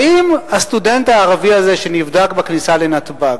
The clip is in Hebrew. האם הסטודנט הערבי הזה שנבדק בכניסה לנתב"ג,